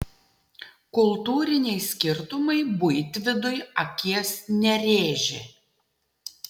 kultūriniai skirtumai buitvidui akies nerėžė